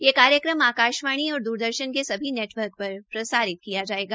यह कार्यक्रम आकाशवाणी और द्रदर्शन के सभी नेटवर्क पर प्रसारित किया जायेगा